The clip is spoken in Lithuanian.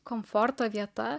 komforto vieta